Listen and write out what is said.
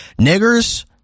Niggers